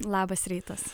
labas rytas